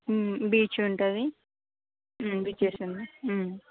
beach ఉంటుంది beaches ఉన్నాయి